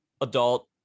adult